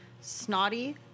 snotty